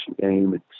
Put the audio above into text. game